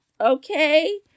okay